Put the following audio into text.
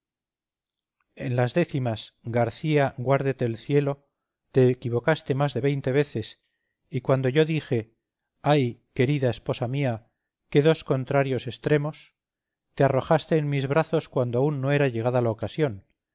en las décimas te equivocaste más de veinte veces y cuando yo dije te arrojaste en mis brazos cuando aún no era llegada la ocasión